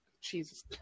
Jesus